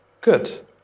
Good